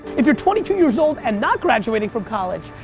if you're twenty two years old and not graduating from college,